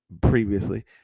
previously